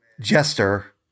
Jester